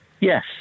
yes